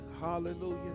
Hallelujah